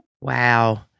Wow